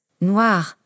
noir